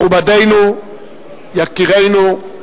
מכובדינו, יקירינו,